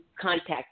contact